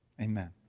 Amen